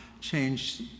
Change